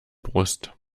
brust